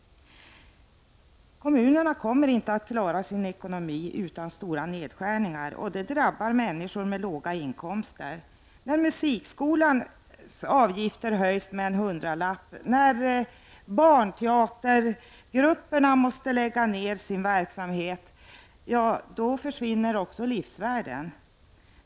Kommunerna kommer inte att klara sin ekonomi utan stora nedskärningar, och detta drabbar människor med låga inkomster. När musikskolans avgifter höjs med en hundralapp och när barnteatergrupperna måste lägga ned sin verksamhet försvinner också livsvärden.